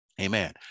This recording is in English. Amen